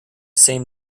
same